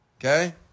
Okay